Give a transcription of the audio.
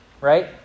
right